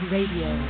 Radio